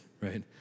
right